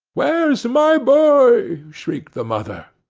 where's my boy? shrieked the mother.